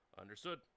Understood